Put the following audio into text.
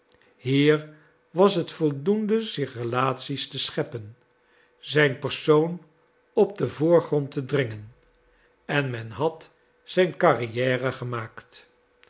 hier was het voldoende zich relatie's te scheppen zijn persoon op den voorgrond te dringen en men had zijn carrière gemaakt